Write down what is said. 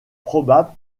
probable